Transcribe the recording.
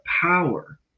power